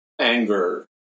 anger